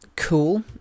Cool